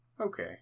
Okay